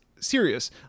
serious